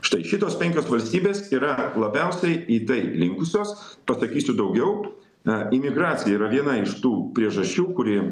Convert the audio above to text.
štai šitos penkios valstybės yra labiausiai į tai linkusios pasakysiu daugiau na imigracija yra viena iš tų priežasčių kuri